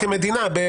כמדינה.